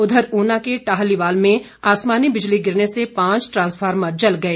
उधर ऊना के टाहलीवाल में आसमानी बिजली गिरने से पांच ट्रांसफार्मर जल गए